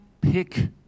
pick